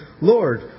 Lord